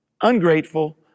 ungrateful